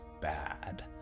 bad